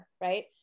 right